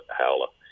howler